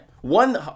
One